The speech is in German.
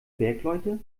bergleute